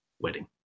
wedding